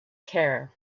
care